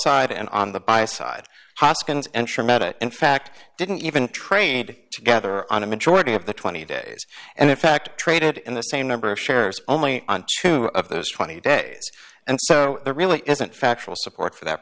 side and on the buy side hoskins and sure met it in fact didn't even trade together on a majority of the twenty days and in fact traded in the same number of shares only on two of those twenty days and so there really isn't factual support for that